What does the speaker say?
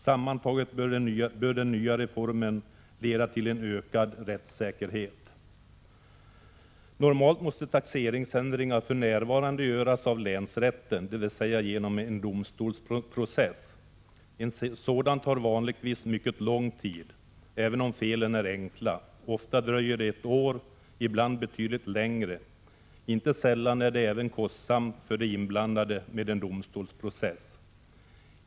Sammantaget bör den nya reformen leda till en ökad rättssäkerhet. Normalt måste taxeringsändringar för närvarande göras av länsrätten, dvs. genom en domstolsprocess. En sådan tar vanligtvis mycket lång tid — även om felen är enkla. Ofta dröjer det ett år, ibland betydligt längre. Inte sällan är det även kostsamt för de inblandade med en domstolsprocess.